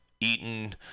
eaten